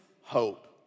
hope